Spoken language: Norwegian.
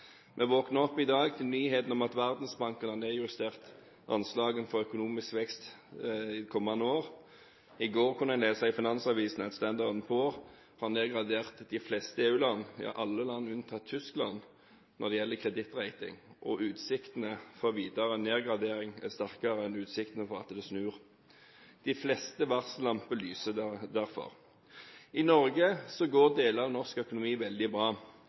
nyheten om at Verdensbanken har nedjustert anslagene for økonomisk vekst kommende år. I går kunne en lese i Finansavisen at Standard & Poor’s har nedgradert alle EU-land unntatt Tyskland når det gjelder kredittrating, og utsiktene for videre nedgradering er sterkere enn utsiktene for at det snur. Derfor lyser de fleste varsellamper. I Norge går deler av norsk økonomi veldig bra.